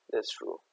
that's true